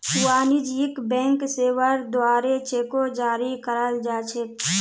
वाणिज्यिक बैंक सेवार द्वारे चेको जारी कराल जा छेक